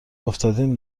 افتادیم